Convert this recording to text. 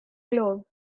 globe